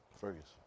Fergus